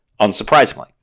Unsurprisingly